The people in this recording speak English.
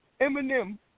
Eminem